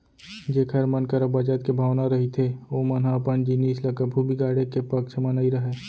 जेखर मन करा बचत के भावना रहिथे ओमन ह अपन जिनिस ल कभू बिगाड़े के पक्छ म नइ रहय